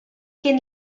can